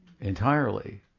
entirely